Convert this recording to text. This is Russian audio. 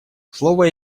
слово